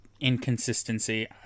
inconsistency